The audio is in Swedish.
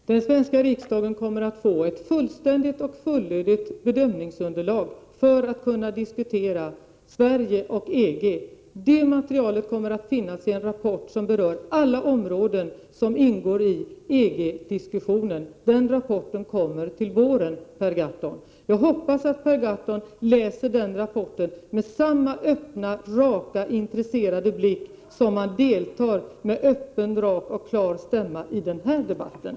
Fru talman! Den svenska riksdagen kommer att få ett fullständigt och fullödigt bedömningsunderlag för att kunna diskutera Sverige och EG. Det materialet kommer att finnas i en rapport som berör alla områden som ingår i EG-diskussionen. Den rapporten kommer till våren, Per Gahrton. Jag hoppas att Per Gahrton läser den rapporten med samma öppna, raka och intresserade blick som han har när han deltar med öppen, rak och klar stämma i den här debatten.